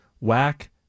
whack